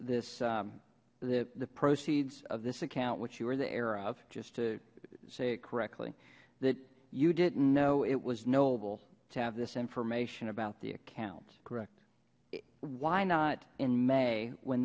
this that the proceeds of this account which you are the heir of just to say it correctly that you didn't know it was noble to have this information about the account correct it why not in may when